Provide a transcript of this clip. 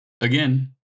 Again